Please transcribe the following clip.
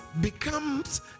becomes